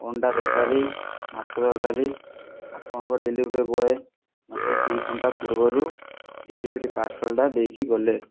ଅଣ୍ଡା ତରକାରୀ ମାଛ ତରକାରୀ ଆପଣଙ୍କ ଡେଲିଭରି ବୟ୍ ମୋତେ ଦି ଘଣ୍ଟା ପୂର୍ବରୁ ଡେଲିଭରି ପାର୍ଶଲଟା ଦେଇକି ଗଲେ